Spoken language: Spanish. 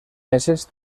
meses